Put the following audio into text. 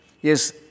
Yes